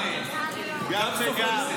גם וגם.